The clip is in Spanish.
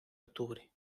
octubre